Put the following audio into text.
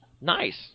Nice